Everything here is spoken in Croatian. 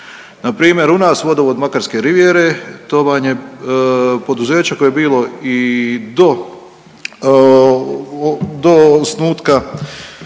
Npr. u nas Vodovod Makarske rivijere, to vam je poduzeće koje je bilo i do, do osnutka,